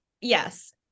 yes